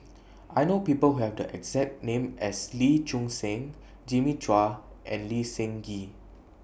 I know People Who Have The exact name as Lee Choon Seng Jimmy Chua and Lee Seng Gee